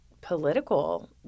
political